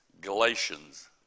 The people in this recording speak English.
galatians